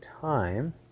time